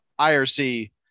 IRC